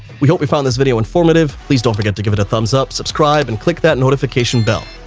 we hope we found this video informative. please don't forget to give it a thumbs up. subscribe and click that notification bell.